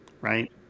right